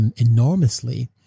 enormously